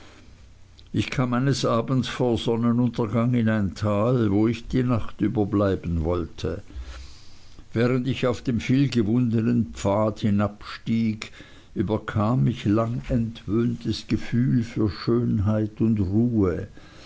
ich kam eines abends vor sonnenuntergang in ein tal wo ich die nacht über bleiben wollte während ich auf dem vielgewundnen pfad hinabstieg überkam mich ein langentwöhntes gefühl für schönheit und ruhe